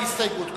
להסתייגות קודם,